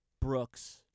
Brooks